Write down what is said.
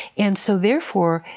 and so therefore,